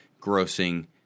grossing